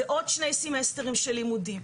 זה עוד שני סמסטרים של לימודים,